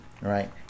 right